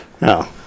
No